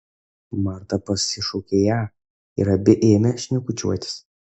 marta pasišaukė ją ir abi ėmė šnekučiuotis